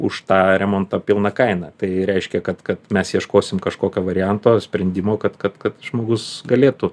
už tą remontą pilna kaina tai reiškia kad mes ieškosim kažkokio varianto sprendimo kad kad kad žmogus galėtų